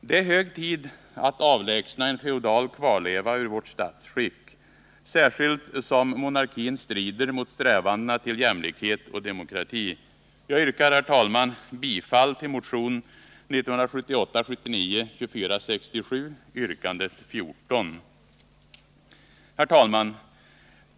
Det är hög tid att avlägsna en feodal kvarleva ur vårt statsskick, särskilt som monarkin strider mot strävandena till jämlikhet och demokrati. Jag yrkar, herr talman, bifall till motion 1978/79:2467 yrkandet 14. Herr talman!